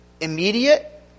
immediate